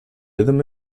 rhythm